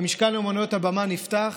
והמשכן לאומניות הבמה נפתח,